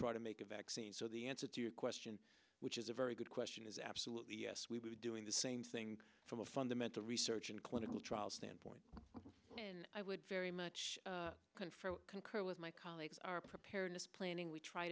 try to make a vaccine so the answer to your question which is a very good question is absolutely yes we were doing the same thing from a fundamental research in clinical trials standpoint and i would very much concur with my colleagues our preparedness planning we try